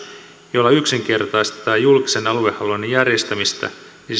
jolla yksinkertaistetaan julkisen aluehallinnon järjestämistä